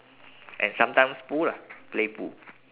and sometimes pool lah play pool